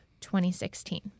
2016